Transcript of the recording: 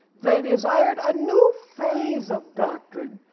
they desired a new phase of doctrine,